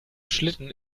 schlitten